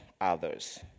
others